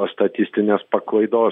statistinės paklaidos